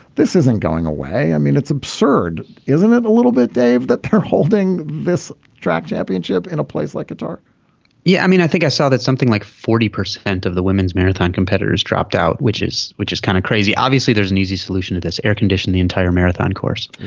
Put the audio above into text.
this isn't going away. i mean it's absurd isn't it a little bit dave that they're holding this drag championship in a place like a dog yeah i mean i think i saw that something like forty percent of the women's marathon competitors dropped out which is which is kind of crazy. obviously there's an easy solution to this air condition the entire marathon course.